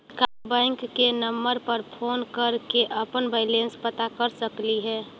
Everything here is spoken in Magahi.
का बैंक के नंबर पर फोन कर के अपन बैलेंस पता कर सकली हे?